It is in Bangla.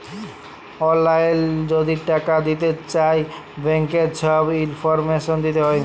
অললাইল যদি টাকা দিতে চায় ব্যাংকের ছব ইলফরমেশল দিতে হ্যয়